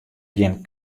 gjin